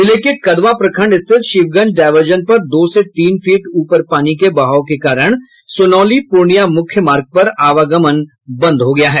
जिले के कदवा प्रखंड स्थित शिवगंज डायवर्सन पर दो से तीन फीट ऊपर पानी के बहाव के कारण सोनैली पूर्णिया मुख्य मार्ग पर आवागमन बंद हो गया है